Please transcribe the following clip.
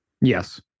Yes